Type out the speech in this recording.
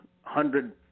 hundred